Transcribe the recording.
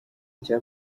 cya